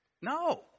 No